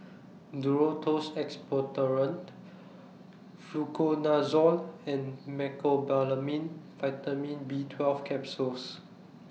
Duro Tuss Expectorant Fluconazole and Mecobalamin Vitamin B twelve Capsules